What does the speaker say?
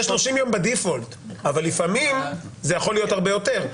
יש 30 ימים בדיפולט אבל לפעמים זה יכול להיות הרבה יותר.